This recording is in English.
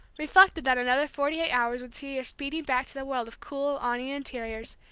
reflected that another forty-eight hours would see her speeding back to the world of cool, awninged interiors,